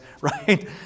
Right